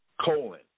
colon